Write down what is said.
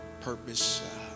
purpose